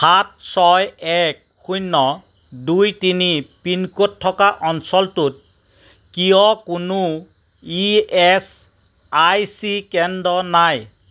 সাত ছয় এক শূন্য দুই তিনি পিনক'ড থকা অঞ্চলটোত কিয় কোনো ই এচ আই চি কেন্দ্র নাই